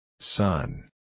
Son